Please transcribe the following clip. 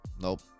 nope